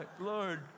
Lord